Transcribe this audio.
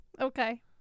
Okay